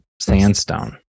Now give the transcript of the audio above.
sandstone